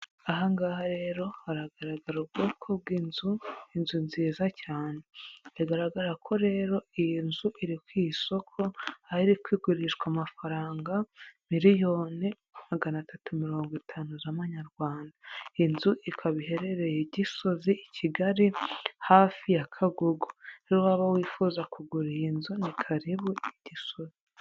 Ahangaha rero haragaragara ubwoko bw'inzu, inzu nziza cyane, biragaragara ko rero iyi nzu iri ku isoko, aho iri kugurishwa amafaranga, miliyoni magana atatu mirongo itanu y'amanyarwanda, inzu ikaba iherereye i Gisozi, i Kigali hafi ya Kagugu, uwaba yifuza kugura iyi nzu, ni karibu i Gisozi.